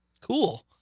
Cool